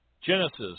Genesis